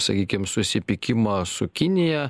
sakykim susipykimą su kinija